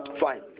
Fine